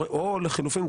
או לחילופין,